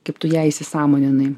kaip tu ją įsisąmoninai